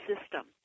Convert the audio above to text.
system